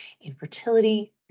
infertility